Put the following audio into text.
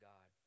God